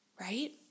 right